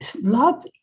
love